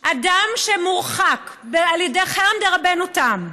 אדם שמורחק על ידי חרם דרבנו תם,